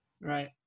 Right